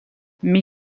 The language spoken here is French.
mes